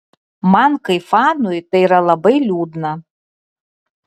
man kaip fanui tai yra labai liūdna